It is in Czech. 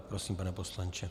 Prosím, pane poslanče.